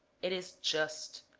it is just